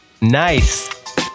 Nice